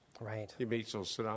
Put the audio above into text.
Right